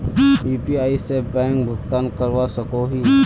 UPI से bank भुगतान करवा सकोहो ही?